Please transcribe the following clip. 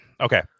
Okay